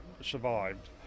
survived